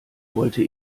wollte